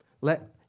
Let